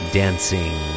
dancing